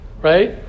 right